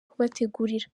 kubategurira